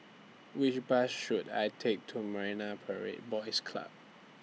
Which Bus should I Take to Marine Parade Boys Club